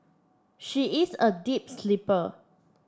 she is a deep sleeper